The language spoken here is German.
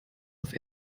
auf